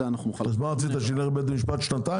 רוצה שנלך לבית משפט שנתיים?